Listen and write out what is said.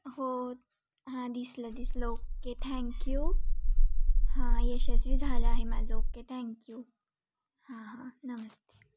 हो हां दिसलं दिसलं ओके थँक्यू हां यशस्वी झालं आहे माझं ओके थँक्यू हां हां नमस्ते